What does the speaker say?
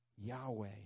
Yahweh